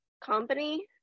company